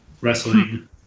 wrestling